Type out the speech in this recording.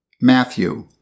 Matthew